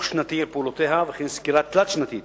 שנתי על פעולותיה וכן סקירה תלת-שנתית